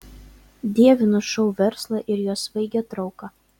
dievinu šou verslą ir jo svaigią trauką